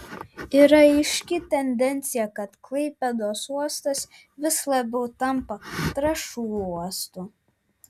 yra aiški tendencija kad klaipėdos uostas vis labiau tampa trąšų uostu